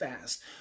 fast